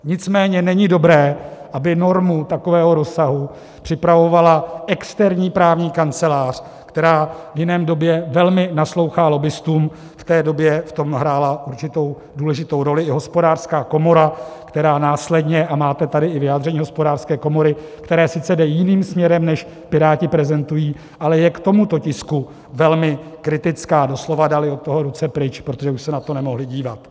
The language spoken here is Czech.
Nicméně není dobré, aby normu takového rozsahu připravovala externí právní kancelář, která v jiné době velmi naslouchá lobbistům, v té době v tom hrála určitou důležitou roli i Hospodářská komora, která následně, a máte tady i vyjádření Hospodářské komory, které sice jde jiným směrem, než Piráti prezentují, ale je k tomuto tisku velmi kritická, doslova dali od toho ruce pryč, protože už se na to nemohli dívat.